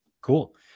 Cool